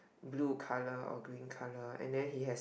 blue colour or green colour and then he has